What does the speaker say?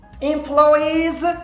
employees